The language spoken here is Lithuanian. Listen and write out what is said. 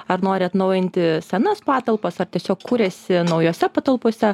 ar nori atnaujinti senas patalpas ar tiesiog kuriasi naujose patalpose